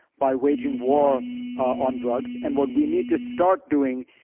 by waging war on drugs, and what we need to start doing,